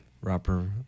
rapper